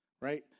right